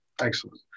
Excellent